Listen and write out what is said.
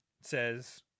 says